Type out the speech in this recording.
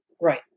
Right